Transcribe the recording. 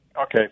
Okay